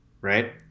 right